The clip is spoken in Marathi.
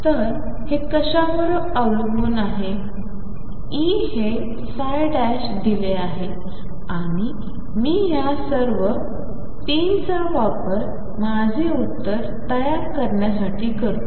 तर हे कशावर अवलंबून आहे E हे दिले आहे आणि मी या सर्व 3 चा वापर माझे उत्तर तयार करण्यासाठी करतो